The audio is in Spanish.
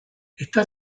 está